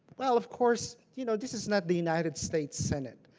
well, of course, you know this is not the united states senate.